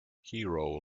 hero